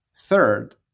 Third